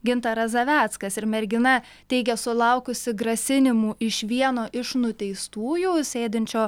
gintaras zaveckas ir mergina teigė sulaukusi grasinimų iš vieno iš nuteistųjų sėdinčio